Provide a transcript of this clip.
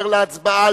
להצביע.